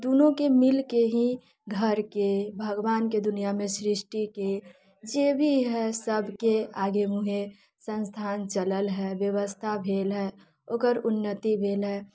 दुनूके मिलके ही घरके भगवानके दुनियामे सृष्टिके जेभी हय सभके आगे मुँहे संस्थान चलल हय व्यवस्था भेल हय ओकर उन्नति भेल हय